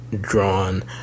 drawn